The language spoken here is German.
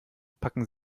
packen